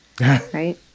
Right